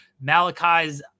Malachi's